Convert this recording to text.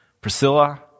Priscilla